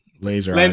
laser